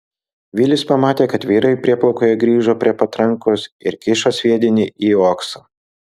vilis pamatė kad vyrai prieplaukoje grįžo prie patrankos ir kiša sviedinį į uoksą